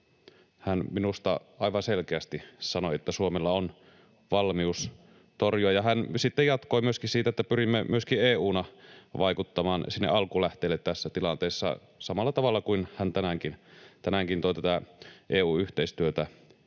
Hän minusta aivan selkeästi sanoi, että Suomella on valmius torjua, ja hän sitten myöskin jatkoi niin, että ”pyrimme myöskin EU:na vaikuttamaan sinne alkulähteille tässä tilanteessa” — samalla tavalla kuin hän tänäänkin toi tätä EU-yhteistyötä